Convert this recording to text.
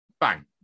bang